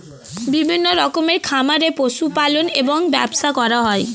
বিভিন্ন রকমের খামারে পশু পালন এবং ব্যবসা করা হয়